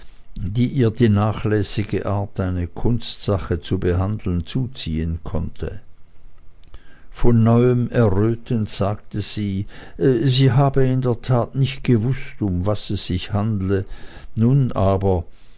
die ihr die nachlässige art eine kunstsache zu behandeln zuziehen konnte von neuem errötend sagte sie sie habe in der tat nicht gewußt um was es sich handle nun aber